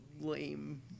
lame